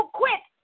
quit